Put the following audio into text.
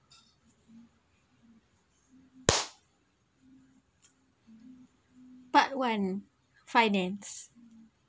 part one finance